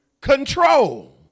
control